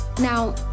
Now